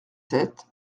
sept